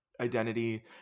identity